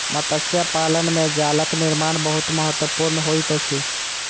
मत्स्य पालन में जालक निर्माण बहुत महत्वपूर्ण होइत अछि